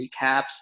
recaps